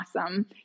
awesome